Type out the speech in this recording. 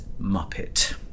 Muppet